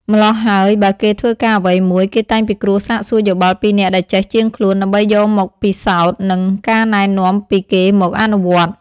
ម្ល៉ោះហើយបើគេធ្វើការអ្វីមួយ គេតែងពិគ្រោះសាកសួរយោបល់ពីអ្នកដែលចេះជាងខ្លួន ដើម្បីយកមកពិសោធន៍ និងការណែនាំពីគេមកអនុវត្ត ។